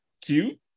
cute